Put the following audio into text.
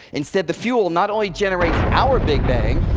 instead the fuel not only generated our big bang,